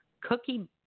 cookie